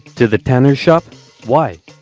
to the tanner's shop why?